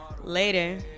Later